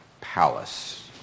palace